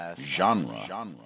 Genre